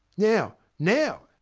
now, now!